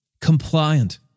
compliant